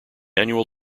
annual